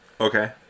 Okay